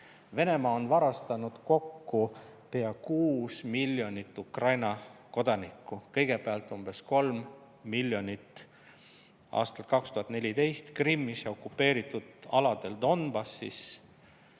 Venemaa on varastanud kokku pea 6 miljonit Ukraina kodanikku. Kõigepealt umbes 3 miljonit aastal 2014 Krimmis ja okupeeritud aladel Donbassis